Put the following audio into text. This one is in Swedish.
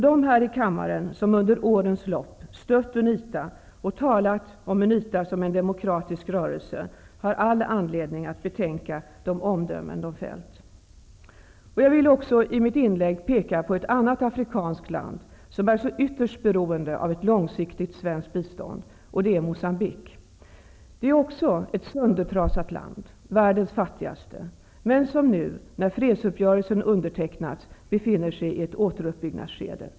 De här i kammaren som under årens lopp stött UNITA och talat om dem som en demokratisk rörelse har all anledning att betänka de omdömen de fällt. Jag vill också i mitt inlägg peka på ett annat afrikanskt land som är så ytterst beroende av ett långsiktigt svenskt bistånd - Mocambique. Det är också ett söndertrasat land, världens fattigaste, men som nu när fredsuppgörelsen undertecknats befinner sig i ett återuppbyggnadsskede.